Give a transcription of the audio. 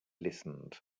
listened